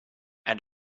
and